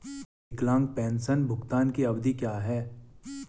विकलांग पेंशन भुगतान की अवधि क्या है?